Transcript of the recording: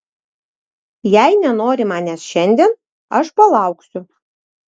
jei nenori manęs šiandien aš palauksiu